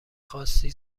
خواستی